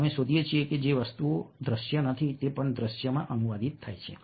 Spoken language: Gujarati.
અમે શોધીએ છીએ કે જે વસ્તુઓ દ્રશ્ય નથી તે પણ દ્રશ્યમાં અનુવાદિત થાય છે